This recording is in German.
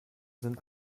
sind